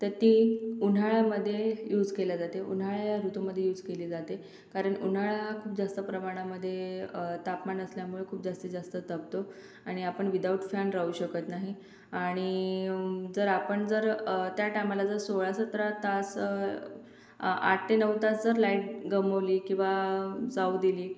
तर ती उन्हाळ्यामध्ये यूज केल्या जाते उन्हाळ्या ऋतूमध्ये यूज केली जाते कारण उन्हाळा खूप जास्त प्रमाणामध्ये तापमान असल्यामुळे खूप जास्तीत जास्त तापतो आणि आपण विदाऊट फॅन राहू शकत नाही आणि जर आपण जर त्या टायमाला जर सोळा सतरा तास आठ ते नऊ तास जर लाईट गमावली किंवा जाऊ दिली